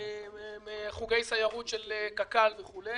חוגי סיירות של קק"ל וכולי.